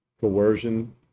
Coercion